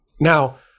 Now